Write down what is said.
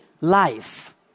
life